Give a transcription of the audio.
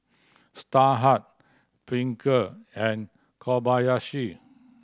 Starhub Pringle and Kobayashi